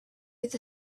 with